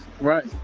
Right